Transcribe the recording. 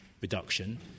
reduction